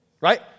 right